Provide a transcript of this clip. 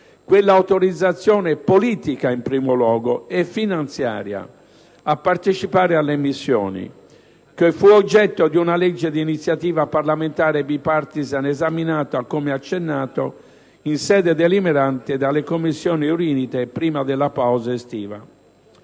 quell'autorizzazione politica e finanziaria a partecipare alle missioni che fu oggetto di una legge di iniziativa parlamentare *bipartisan* esaminata, come accennato, in sede deliberante dalle Commissioni riunite prima della pausa estiva.